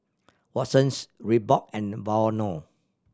Watsons Reebok and Vono